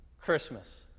Christmas